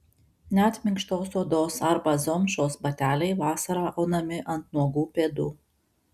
net minkštos odos arba zomšos bateliai vasarą aunami ant nuogų pėdų